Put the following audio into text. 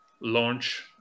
launch